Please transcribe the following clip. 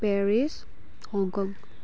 Paris Hong Kong